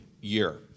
year